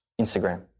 Instagram